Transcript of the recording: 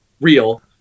real